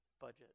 budget